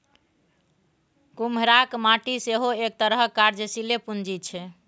कुम्हराक माटि सेहो एक तरहक कार्यशीले पूंजी छै